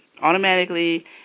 automatically